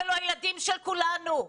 אלו הילדים של כולנו.